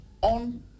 on